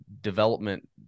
development